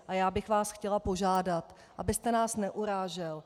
A já bych vás chtěla požádat, abyste nás neurážel.